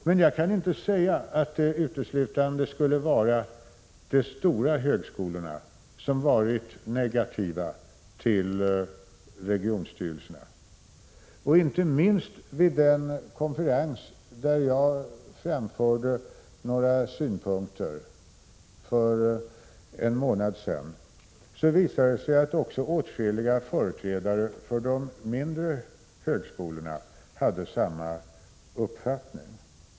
Men jag kan inte säga att det uteslutande är de stora högskolorna som varit negativa till regionstyrelserna. Inte minst vid den konferens för en månad sedan där jag framförde några synpunkter visade det sig att också åtskilliga företrädare för de mindre högskolorna hade samma uppfattning.